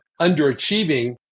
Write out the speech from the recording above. underachieving